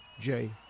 Jay